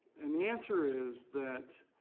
and the answer is that